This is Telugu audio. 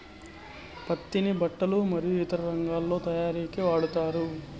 పత్తిని బట్టలు మరియు ఇతర రంగాలలో తయారీకి వాడతారు